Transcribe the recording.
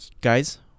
guys